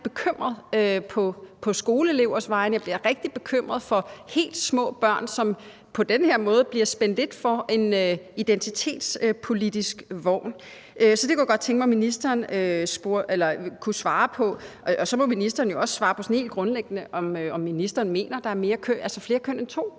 rigtig bekymret på skoleelevers vegne, jeg bliver rigtig bekymret for helt små børn, som på den her måde lidt bliver spændt for en identitetspolitisk vogn. Så det kunne jeg godt tænke mig at ministeren kunne svare på. Så må ministeren også svare helt grundlæggende på, om ministeren mener, at der er flere køn end to.